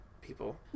people